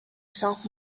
saint